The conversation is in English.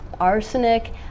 arsenic